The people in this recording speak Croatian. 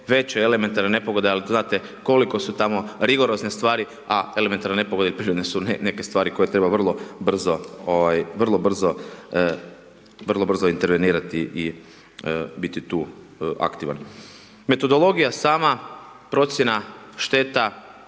veće elementarne nepogode, ali znate koliko su tamo rigorozne stvari, a elementarne nepogode prirodne su neke stvari koje treba vrlo brzo intervenirati i biti tu aktivan. Metodologija, sama procjena šteta,